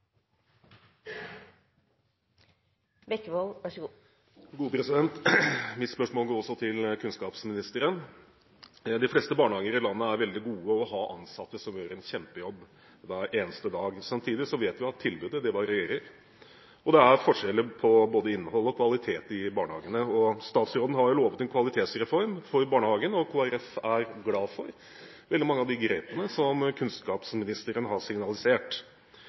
Mitt spørsmål går også til kunnskapsministeren. De fleste barnehager i landet er veldig gode og har ansatte som gjør en kjempejobb hver eneste dag. Samtidig vet vi at tilbudet varierer – det er forskjell på både innhold og kvalitet i barnehagene. Statsråden har lovet en kvalitetsreform for barnehagen, og Kristelig Folkeparti er glad for veldig mange av de grepene som kunnskapsministeren har signalisert.